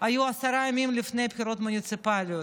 היו עשרה ימים לפני הבחירות המוניציפליות.